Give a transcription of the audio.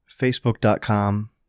Facebook.com